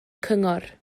cyngor